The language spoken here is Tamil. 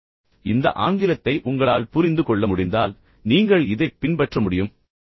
இவ்வளவு எளிமையான ஆங்கிலத்தை உங்களால் புரிந்துகொள்ள முடிந்தால் நீங்கள் இதைப் பின்பற்ற முடியும் என்று நான் அவர்களிடம் சொல்கிறேன்